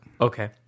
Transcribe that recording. Okay